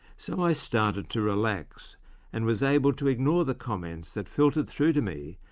so i started to relax and was able to ignore the comments that filtered through to me,